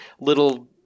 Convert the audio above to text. little